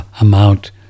amount